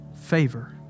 favor